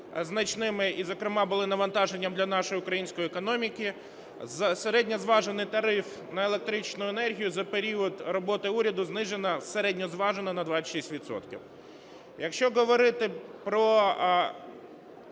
значними і зокрема були навантаженням для нашої української економіки, середньозважений тариф на електричну енергію за період роботи уряду знижено середньозважено на 26 відсотків. Якщо говорити про